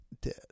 dead